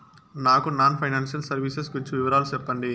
నాకు non financial services గురించి వివరాలు సెప్పండి?